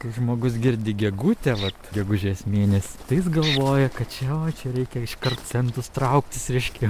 kai žmogus girdi gegutę vat gegužės mėnesį tai jis galvoja kad čia o čia reikia iškart centus trauktis reiškia